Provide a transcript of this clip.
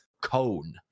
cone